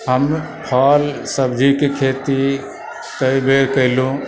हम फल सब्जीके खेती कयबे केलहुँ